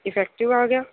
defective ਆ ਗਿਆ